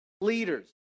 leaders